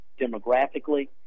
demographically